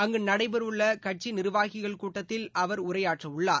அங்கு நடைபெறவுள்ள கட்சி நிர்வாகிகள் கூட்டத்தில் அவர் உரையாற்றவுள்ளார்